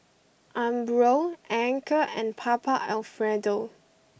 Umbro Anchor and Papa Alfredo